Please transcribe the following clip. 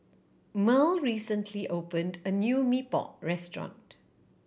Mearl recently opened a new Mee Pok restaurant